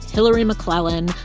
hilary mcclellan,